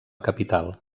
capital